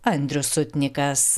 andrius sutnikas